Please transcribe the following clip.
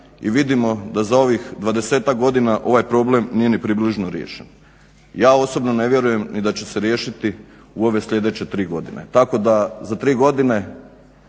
i vidimo da za ovih 20-ak godina ovaj problem nije ni približno riješen. Ja osobno ne vjerujem ni da će se riješiti u ove sljedeće tri godine. Tako da za tri godine